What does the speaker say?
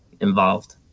involved